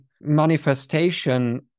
manifestation